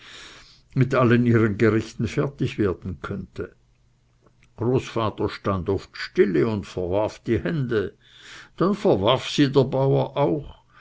mit allen ihren gerichten fertig werden könnte großvater stand oft stille und verwarf die hände dann verwarf sie der bauer auch